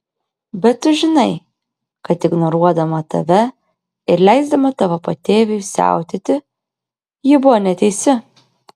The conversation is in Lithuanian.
bet tu žinai kad ignoruodama tave ir leisdama tavo patėviui siautėti ji buvo neteisi